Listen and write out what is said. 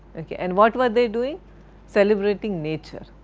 ok, and what were they doing celebrating nature.